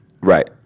Right